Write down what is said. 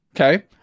Okay